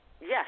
Yes